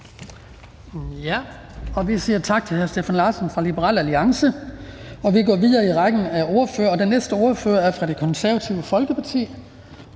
Vi siger tak til hr. Steffen Larsen fra Liberal Alliance. Vi går videre i rækken af ordførere, og den næste ordfører er fra Det Konservative Folkeparti.